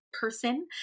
person